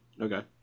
Okay